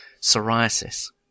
psoriasis